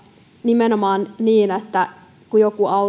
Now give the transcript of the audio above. nimenomaan on niin että kun joku